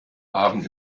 abend